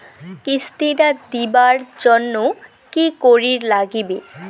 কিস্তি টা দিবার জন্যে কি করির লাগিবে?